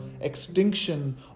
extinction